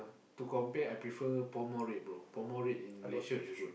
to compare I prefer Pall Mall Red bro Pall Mall Red in Malaysia is good